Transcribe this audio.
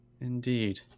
indeed